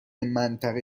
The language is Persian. منطقه